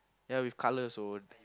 ya with colour also